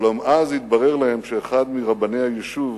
אולם אז התברר להם שאחד מרבני היישוב